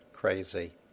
Crazy